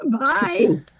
Bye